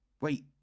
wait